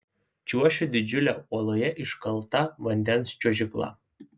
čiuošiu didžiule uoloje iškalta vandens čiuožykla